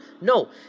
No